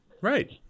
Right